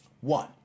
One